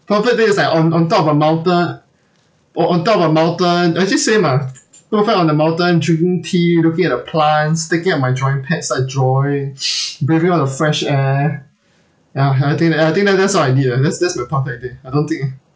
perfect day is like on on top of a mountain on on top of a mountain actually same ah perfect on the mountain drinking tea looking at the plants taking out my drawing pads start drawing breathing all the fresh air ya ya I think that I think that that's all I need ah that's that's my perfect day I don't think